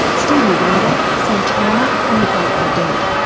stevie wonder, santana and the grateful dead.